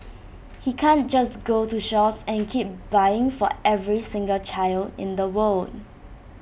he can't just go to shops and keep buying for every single child in the world